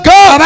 God